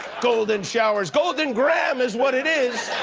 golden showers. golden graham is what it is!